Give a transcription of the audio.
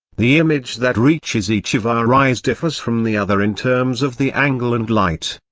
the image that reaches each of our eyes differs from the other in terms of the angle and light.